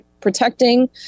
protecting